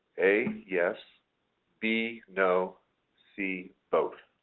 a. yes b. no c. both